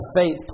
faith